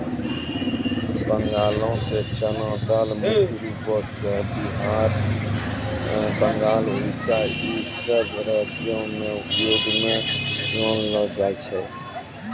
बंगालो के चना दाल मुख्य रूपो से बिहार, बंगाल, उड़ीसा इ सभ राज्यो मे उपयोग मे लानलो जाय छै